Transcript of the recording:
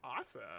Awesome